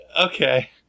Okay